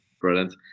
Brilliant